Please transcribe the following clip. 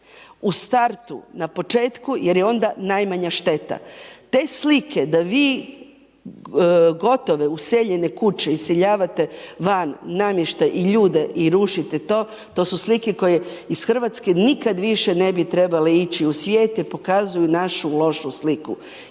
u startu, na početku jer je onda najmanja šteta. Te slike da vi gotove, useljene kuće iseljavate van, namještaj i ljude i rušite to to su slike koje iz Hrvatske nikad više ne bi trebale ići u svijet jer pokazuju našu lošu sliku.